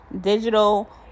digital